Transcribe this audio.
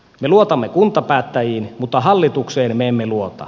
me luotamme kuntapäättäjiin mutta hallitukseen emme luota